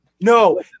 No